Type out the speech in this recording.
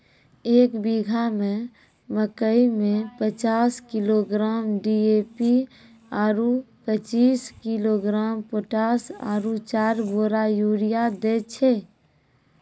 एक बीघा मे मकई मे पचास किलोग्राम डी.ए.पी आरु पचीस किलोग्राम पोटास आरु चार बोरा यूरिया दैय छैय?